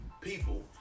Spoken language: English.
people